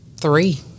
three